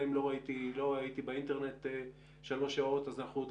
לא הייתי באינטרנט שלוש שעות אז אנחנו עוד